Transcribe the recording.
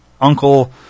Uncle